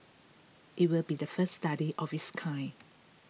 it will be the first study of its kind